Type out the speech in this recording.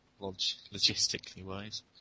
logistically-wise